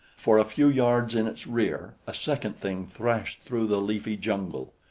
for a few yards in its rear a second thing thrashed through the leafy jungle.